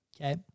Okay